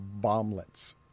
bomblets